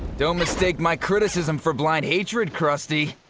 don't mistake my criticism for blind hatred crusty.